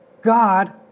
God